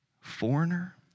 foreigner